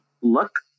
look